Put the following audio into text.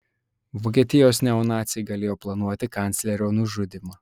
vokietijos neonaciai galėjo planuoti kanclerio nužudymą